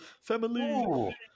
Family